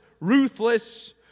ruthless